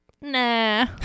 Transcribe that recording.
Nah